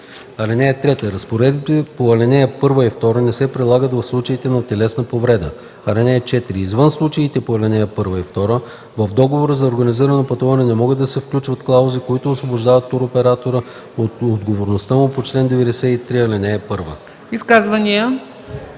(3) Разпоредбите на ал. 1 и 2 не се прилагат в случаите на телесна повреда. (4) Извън случаите по ал. 1 и 2 в договора за организирано пътуване не могат да се включват клаузи, които освобождават туроператора от отговорността му по чл. 93, ал. 1.”